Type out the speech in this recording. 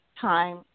time